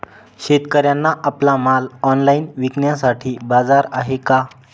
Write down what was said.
शेतकऱ्यांना आपला माल ऑनलाइन विकण्यासाठी बाजार आहे का?